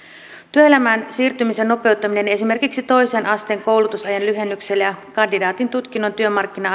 työelämään siirtymisen nopeuttamisella esimerkiksi toisen asteen koulutusaikaa lyhentämällä ja kandidaatin tutkinnon työmarkkina